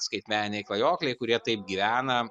skaitmeniniai klajokliai kurie taip gyvena